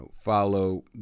follow